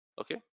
Okay